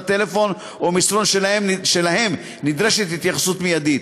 טלפון או מסרון שלהם נדרשת התייחסות מיידית.